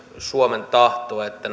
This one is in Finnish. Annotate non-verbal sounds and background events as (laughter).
suomen tahto että (unintelligible)